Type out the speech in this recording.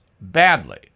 badly